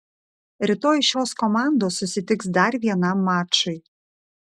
rytoj šios komandos susitiks dar vienam mačui